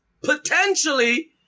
potentially